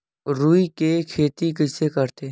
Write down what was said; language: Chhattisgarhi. रुई के खेती कइसे करथे?